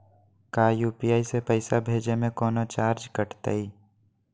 का यू.पी.आई से पैसा भेजे में कौनो चार्ज कटतई?